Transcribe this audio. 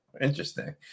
interesting